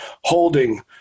holding